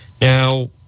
Now